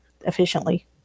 efficiently